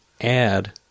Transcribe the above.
add